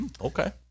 Okay